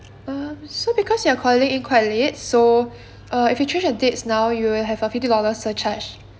um so because you are calling in quite late so uh if you change the dates now you will have a fifty dollars surcharge